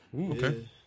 Okay